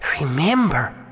Remember